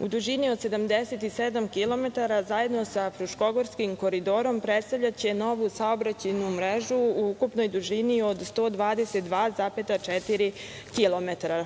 u dužini od 77 kilometara zajedno sa Fruškogorskim koridorom predstavljaće novu saobraćajnu mrežu u ukupnoj dužini od 122,4